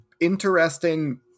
interesting